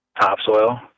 topsoil